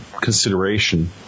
consideration